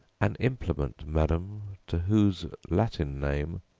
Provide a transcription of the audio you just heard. an implement, madam, to whose latin name,